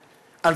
חיים.